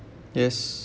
yes